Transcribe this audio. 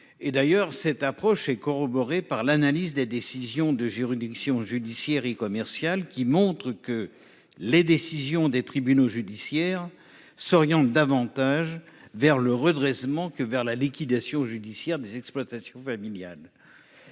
D'ailleurs, cette approche est corroborée par l'analyse des décisions de juridictions judiciaires et commerciales, qui montrent que les décisions des tribunaux judiciaires s'orientent davantage vers le redressement que vers la liquidation judiciaire des exploitations familiales.